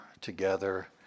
together